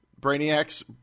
brainiacs